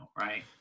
Right